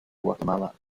guatemala